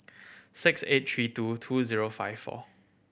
six eight three two two zero five four